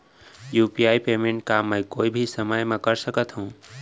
UPI payment का मैं ह कोई भी समय म कर सकत हो?